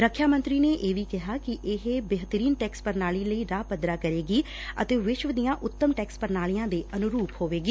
ਰੱਖਿਆ ਮੰਤਰੀ ਨੇ ਇਹ ਵੀ ਕਿਹਾ ਕਿ ਇਹ ਬੇਹਤਰੀਨ ਟੈਕਸ ਪ੍ਰਣਾਲੀ ਲਈ ਰਾਹ ਪੱਧਰਾ ਕਰਨਗੇ ਅਤੇ ਵਿਸ਼ਵ ਦੀਆਂ ਉਤਮ ਟੈਕਸ ਪੁਣਾਲੀਆਂ ਦੇ ਅਨੁਰੁਪ ਹੋਵੇਗਾ